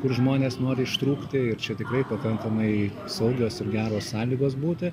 ir žmonės nori ištrūkti ir čia tikrai pakankamai saugios ir geros sąlygos būti